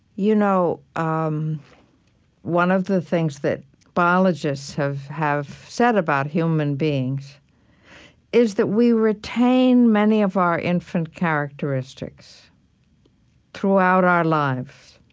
you know um one of the things that biologists have have said about human beings is that we retain many of our infant characteristics throughout our lives.